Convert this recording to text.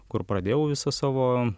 kur pradėjau visą savo